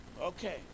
Okay